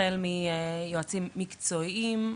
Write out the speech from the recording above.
החל מיועצים מקצועיים,